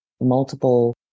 multiple